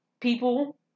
people